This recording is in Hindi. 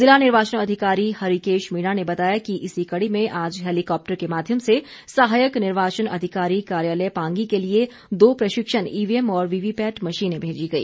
जिला निर्वाचन अधिकारी हरिकेश मीणा ने बताया है कि इसी कड़ी में आज हेलिकॉप्टर के माध्यम से सहायक निर्वाचन अधिकारी कार्यालय पांगी के लिए दो प्रशिक्षण ईवीएम और वीवीपैट मशीने भेजी गई